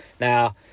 Now